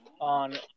on